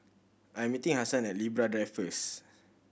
I'm meeting Hasan at Libra Drive first